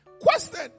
question